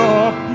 up